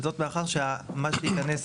וזאת מאחר שמה שייכנס